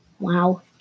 Wow